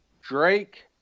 Drake